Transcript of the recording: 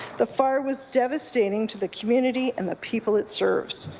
the fire was devastating to the community and the people it serves.